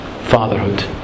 fatherhood